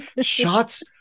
Shots